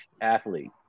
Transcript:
athlete